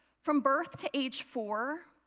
from birth to age four,